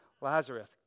Lazarus